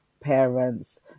parents